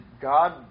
God